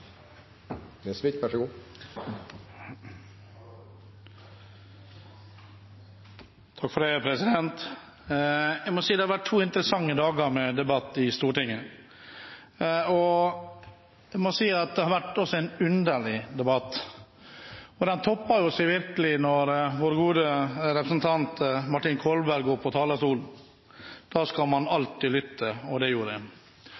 Jeg må si det har vært to interessante dager med debatt i Stortinget. Jeg må si at det også har vært en underlig debatt. Den toppet seg virkelig da vår gode representant Martin Kolberg gikk på talerstolen. Da skal man alltid lytte – og det gjorde